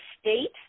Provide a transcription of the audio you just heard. state